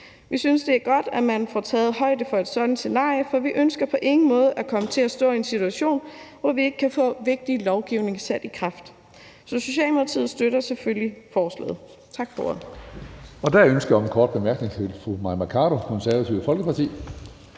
Vi synes, det er godt, at man får taget højde for et sådant scenarie, for vi ønsker på ingen måde at komme til at stå i en situation, hvor vi ikke kan få vigtig lovgivning sat i kraft. Så Socialdemokratiet støtter selvfølgelig forslaget. Tak for